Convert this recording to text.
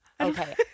okay